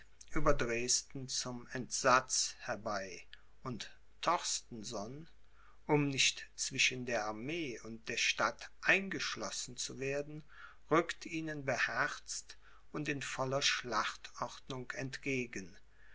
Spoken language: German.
dresden zum entsatz herbei und torstenson um nicht zwischen der armee und der stadt eingeschlossen zu werden rückt ihnen beherzt und in voller schlachtordnung entgegen